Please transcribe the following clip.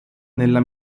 nella